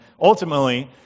ultimately